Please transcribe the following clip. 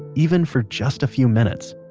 even for just a few minutes.